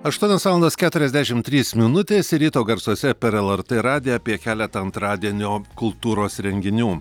aštuonios valandos keturiasdešim trys minutės ir ryto garsuose per lrt radiją apie keletą antradienio kultūros renginių